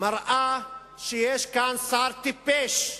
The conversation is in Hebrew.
מראה שיש כאן שר טיפש.